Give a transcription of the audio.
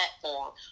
platform